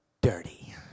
dirty